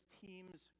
team's